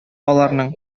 аларның